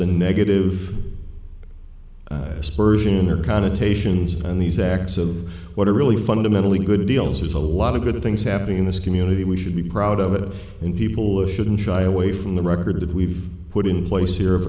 a negative aspersion or connotations and these acts of what are really fundamentally good deals there's a lot of good things happening in this community we should be proud of it and people shouldn't shy away from the record that we've put in place here of